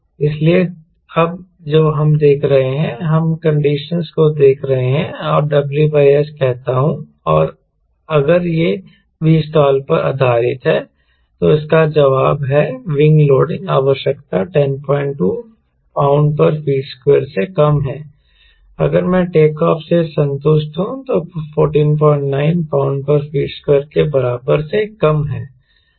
इसलिए अब जो हम देख रहे हैं हम कंडीशनस को देख रहे हैं और मैं WS कहता हूं अगर यह Vstall पर आधारित है तो इसका जवाब है विंग लोडिंग आवश्यकता 102 lb ft2 से कम है अगर मैं टेकऑफ़ से संतुष्ट हूं तो 149 lb ft2 के बराबर से कम है